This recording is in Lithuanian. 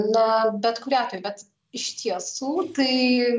na bet kuriuo atveju bet iš tiesų tai